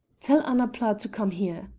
tell annapla to come here,